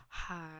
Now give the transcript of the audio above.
Hi